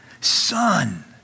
son